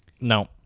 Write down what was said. No